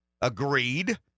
agreed